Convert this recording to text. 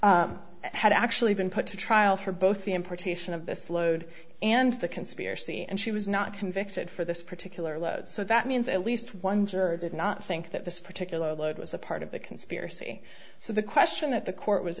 she had actually been put to trial for both the importation of this load and the conspiracy and she was not convicted for this particular load so that means at least one juror did not think that this particular load was a part of the conspiracy so the question that the court was